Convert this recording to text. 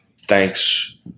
thanks